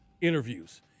interviews